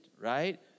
right